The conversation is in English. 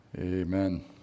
Amen